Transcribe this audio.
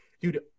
dude